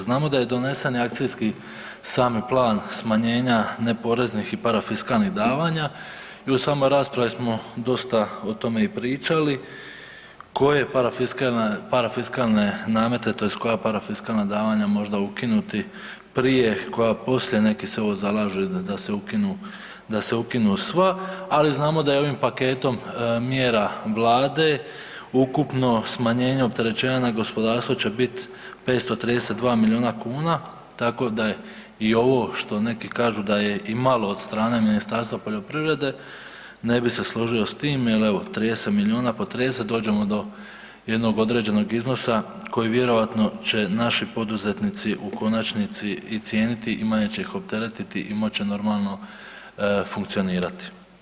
Znamo da je donesen i akciji sami plan smanjenja neporeznih i parafiskalnih davanja i u samoj raspravi smo dosta o tome i pričali koje parafiskalne namete tj. koja parafiskalna davanja možda ukinuti prije, koja poslije, neki se evo zalažu i da se ukinu, da se ukinu sva, ali znamo da je ovim paketom mjera Vlade ukupno smanjenje opterećenja na gospodarstvo će biti 532 miliona kuna tako da je i ovo što neki kažu da je i malo od strane Ministarstva poljoprivrede ne bi se složio s time jer evo 30 miliona po 30 dođemo do jednog određenog iznosa koji vjerojatno će naši poduzetnici u konačnici i cijeniti i manje će ih opteretiti i moći će normalno funkcionirati.